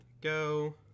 go